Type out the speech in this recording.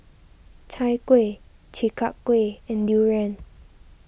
Chai Kueh Chi Kak Kuih and Durian